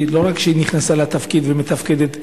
שלא רק שהיא נכנסה לתפקיד ומתפקדת היטב,